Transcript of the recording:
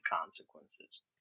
consequences